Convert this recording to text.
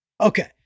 Okay